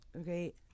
Okay